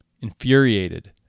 Infuriated